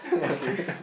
okay